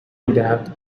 میدهد